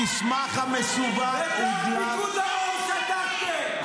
המסמך המסווג הודלף ------ בתוך פיקוד דרום שתקתם,